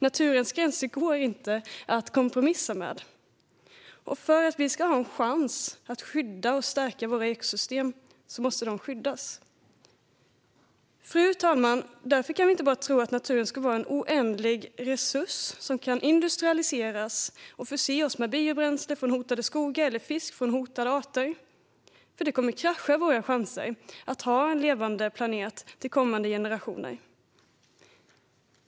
Naturens gränser går inte att kompromissa med, och för att vi ska ha en chans måste vi skydda och stärka våra ekosystem. Fru talman! Därför kan vi inte bara tro att naturen ska vara en oändlig resurs som kan industrialiseras och förse oss med biobränsle från hotade skogar eller fisk från hotade arter. Det kommer att krascha våra chanser att ha en levande planet till kommande generationer.